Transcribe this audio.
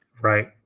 Right